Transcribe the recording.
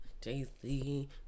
Jay-Z